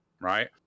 right